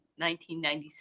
1997